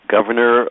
Governor